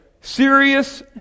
serious